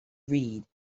read